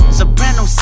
Soprano